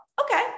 Okay